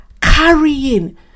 carrying